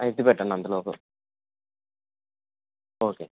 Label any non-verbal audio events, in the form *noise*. ఎత్తి పెట్టండి అందులో *unintelligible* ఓకే